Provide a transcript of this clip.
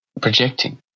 projecting